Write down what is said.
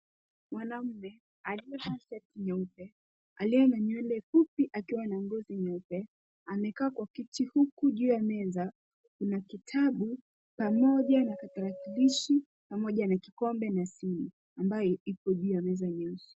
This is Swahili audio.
Mwanaume, aliyevaa shati nyeupe, aliye na nywele fupi akiwa na ngozi nyeupe, amekaa kwa kiti huku juu ya meza kuna kitabu pamoja na tarakilishi pamoja na kikombe na simu ambayo iko juu ya meza nyeusi.